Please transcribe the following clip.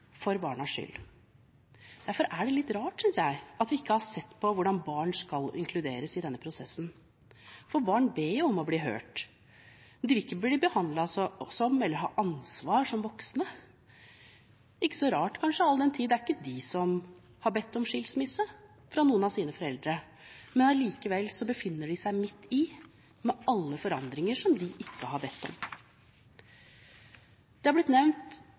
for barnas skyld. Derfor er det litt rart, synes jeg, at vi ikke har sett på hvordan barn skal inkluderes i denne prosessen, for barn ber jo om å bli hørt, og de vil ikke bli behandlet som, eller ha ansvar som, voksne – ikke så rart kanskje, all den tid det ikke er de som har bedt om skilsmisse fra noen av sine foreldre. Likevel befinner de seg midt i, med alle de forandringer som de ikke har bedt om. Det har blitt nevnt